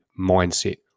mindset